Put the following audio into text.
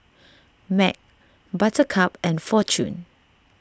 Mac Buttercup and fortune